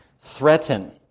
threaten